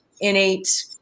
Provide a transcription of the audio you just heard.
innate